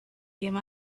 came